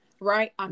right